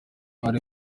ari